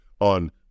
on